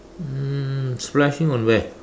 um splashing on where